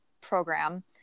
program